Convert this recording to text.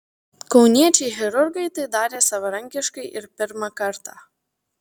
kauniečiai chirurgai tai darė savarankiškai ir pirmą kartą